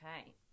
Okay